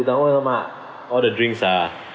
down !alamak! all the drinks are